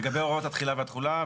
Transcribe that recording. לגבי הוראות התחילה והתחולה,